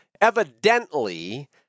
Evidently